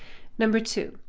number two,